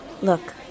Look